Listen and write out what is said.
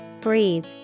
Breathe